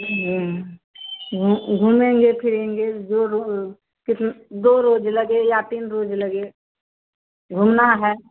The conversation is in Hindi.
घू घूमेंगे फिरेंगे जो रोज़ कितना दो रोज़ लगेगा तीन रोज़ लगे घूमना है